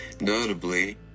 Notably